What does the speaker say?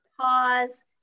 pause